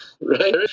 Right